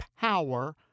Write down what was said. power